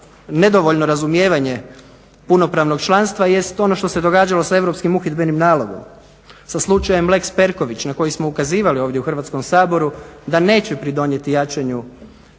nedovoljno razumijevanje punopravnog članstva jest ono što se događalo sa Europskim uhidbenim nalogom, sa slučajem lex Perković na koji smo ukazivali ovdje u Hrvatskom saboru da neće pridonijeti jačanju